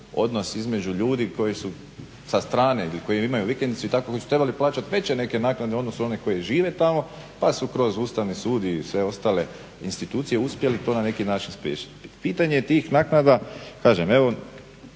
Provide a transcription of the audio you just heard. odnos između ljudi koji su sa strane, ili koji imaju vikendicu. Koji su trebali plaćat veće neke naknade, u odnosu na one koji žive tamo, pa su kroz Ustavni sud i sve ostale institucije uspjeli to na neki način spriječiti. Pitanje tih naknada, kažem evo,